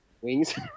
Wings